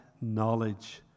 knowledge